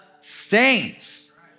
saints